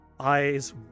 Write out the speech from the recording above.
Eyes